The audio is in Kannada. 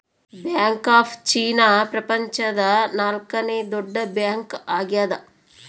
ಬ್ಯಾಂಕ್ ಆಫ್ ಚೀನಾ ಪ್ರಪಂಚದ ನಾಲ್ಕನೆ ದೊಡ್ಡ ಬ್ಯಾಂಕ್ ಆಗ್ಯದ